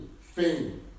fame